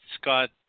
Scott